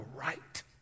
right